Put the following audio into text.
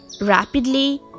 rapidly